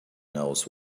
knows